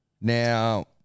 Now